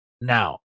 Now